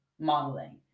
modeling